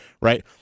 right